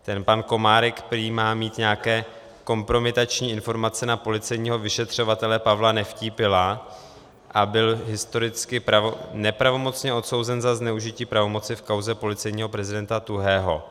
Ten pan Komárek prý má mít nějaké kompromitační informace na policejního vyšetřovatele Pavla Nevtípila a byl historicky nepravomocně odsouzen za zneužití pravomoci v kauze policejního prezidenta Tuhého.